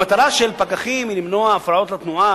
המטרה של פקחים היא למנוע הפרעות לתנועה,